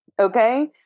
Okay